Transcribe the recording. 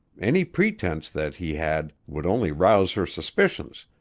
any pretense that he had would only rouse her suspicions,